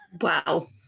Wow